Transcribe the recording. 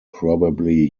probably